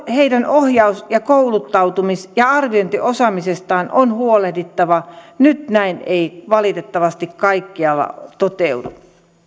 heidän ohjaus ja kouluttautumis ja arviointiosaamisestaan on huolehdittava nyt näin ei valitettavasti kaikkialla toteudu